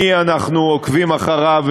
מי אנחנו עוקבים אחריו,